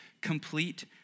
complete